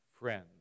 friends